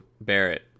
barrett